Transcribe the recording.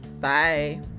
bye